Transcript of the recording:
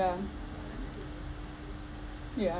yeah